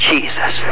Jesus